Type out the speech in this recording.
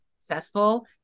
successful